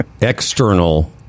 external